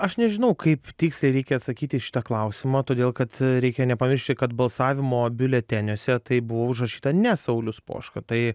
aš nežinau kaip tiksliai reikia atsakyti į šitą klausimą todėl kad reikia nepamiršti kad balsavimo biuleteniuose tai buvo užrašyta ne saulius poška tai